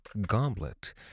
goblet